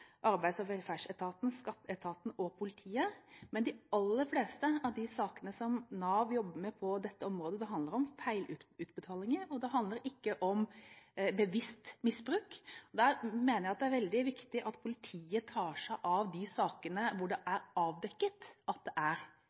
Arbeids- og velferdsetaten, skatteetaten og politiet, men de aller fleste av de sakene som Nav jobber med på dette området, handler om feilutbetalinger. Det handler ikke om bevisst misbruk. Der mener jeg det er veldig viktig at politiet tar seg av de sakene hvor det er avdekket at det er